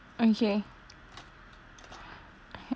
okay